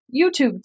YouTube